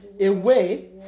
Away